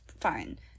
fine